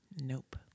Nope